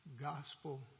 gospel